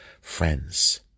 friends